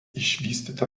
išvystyta